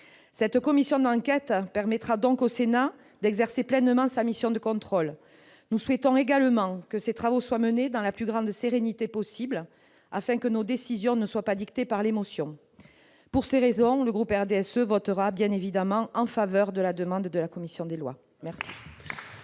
Cette commission d'enquête permettra au Sénat d'exercer pleinement sa mission de contrôle. Nous souhaitons que ses travaux soient menés dans la plus grande sérénité possible, afin que nos décisions ne soient pas dictées par l'émotion. Pour ces raisons, notre groupe votera évidemment en faveur de la demande de la commission des lois. Très